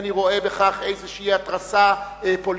אינני רואה בכך איזו התרסה פוליטית,